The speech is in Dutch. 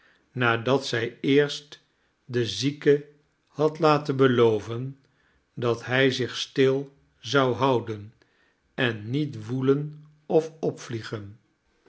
nadat zij eerst den zieke had laten beloven dat hij zich stil zou houden en niet woelen of opvliegen